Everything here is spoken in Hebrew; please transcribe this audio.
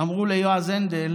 אמרו ליועז הנדל